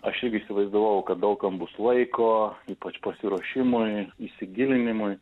aš irgi įsivaizdavau kad daug kam bus laiko ypač pasiruošimui įsigilinimui